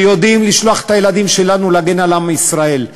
שיודעים לשלוח את הילדים שלנו להגן על עם ישראל,